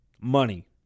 money